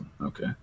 Okay